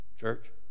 church